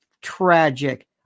Tragic